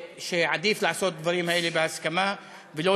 שעדיף לעשות את הדברים האלה בהסכמה ולא